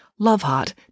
Loveheart